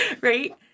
Right